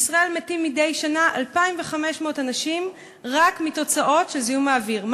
בישראל מתים מדי שנה 2,500 אנשים רק מתוצאות של זיהום האוויר.